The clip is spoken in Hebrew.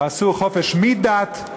עשו "חופש מדת".